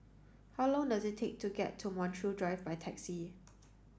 how long does it take to get to Montreal Drive by taxi